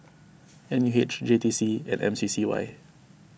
N U H J T C and M C C Y